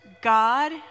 God